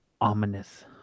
ominous